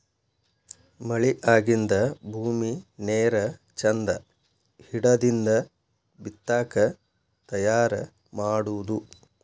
ಮಳಿ ಆಗಿಂದ ಭೂಮಿ ನೇರ ಚಂದ ಹಿಡದಿಂದ ಬಿತ್ತಾಕ ತಯಾರ ಮಾಡುದು